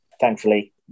thankfully